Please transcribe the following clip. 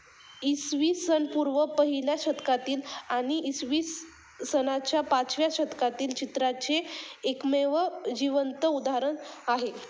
इसवी सन पूर्व पहिल्या शतकातील आणि इसवीस सनाच्या पाचव्या शतकातील चित्राचे एकमेव जिवंत उदाहरण आहे